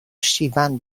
شیون